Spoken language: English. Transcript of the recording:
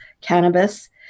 cannabis